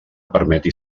permeti